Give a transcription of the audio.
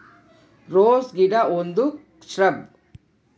rose ಗಿಡ ಒಂದು shrub